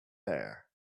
air